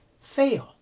fail